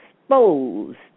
exposed